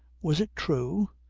was it true?